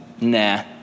nah